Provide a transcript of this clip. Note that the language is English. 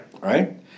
Right